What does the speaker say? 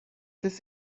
this